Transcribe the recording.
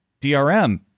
DRM